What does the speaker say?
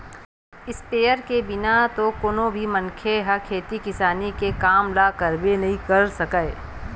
sprayer के बिना तो कोनो भी मनखे ह खेती किसानी के काम ल करबे नइ कर सकय